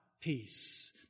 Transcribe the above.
peace